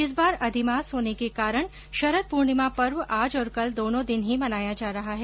इस बार अधिमास होने के कारण शरद पूर्णिमा पर्व आज और कल दोनों दिन ही मनाया जा रहा है